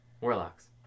Warlocks